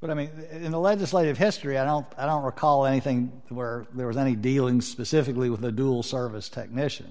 but i mean in the legislative history i don't recall anything where there was any dealing specifically with a dual service technician